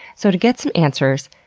so to get some answers,